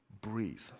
Breathe